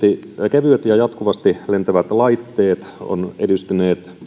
kevyet ja jatkuvasti lentävät laitteet ovat edistyneet